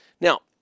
Now